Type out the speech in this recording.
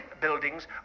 buildings